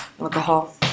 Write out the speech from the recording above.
Alcohol